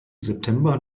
september